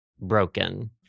broken